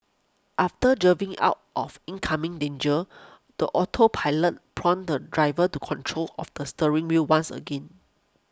after drove in out of incoming danger the autopilot prompted the driver to control of the steering wheel once again